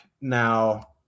Now